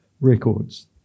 records